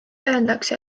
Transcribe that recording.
öeldakse